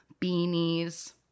beanies